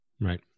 Right